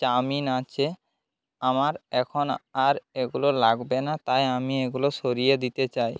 chowmein আছে আমার এখন আর এগুলো লাগবে না তাই আমি এগুলো সরিয়ে দিতে চাই